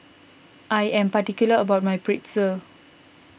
I am particular about my Pretzel